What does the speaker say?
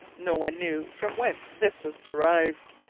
no one knew from whence this was derived.